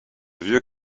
vieux